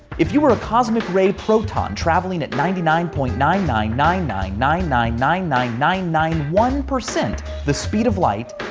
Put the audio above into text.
if you're a cosmic ray proton travelling at ninety nine point nine nine nine nine nine nine nine nine nine nine one the speed of light,